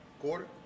Quarter